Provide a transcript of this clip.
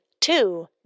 two